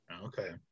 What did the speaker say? Okay